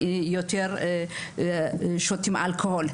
ובאלכוהול.